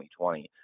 2020